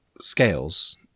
scales